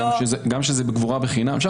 וגם שזה קבורה בחינם.